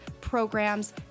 programs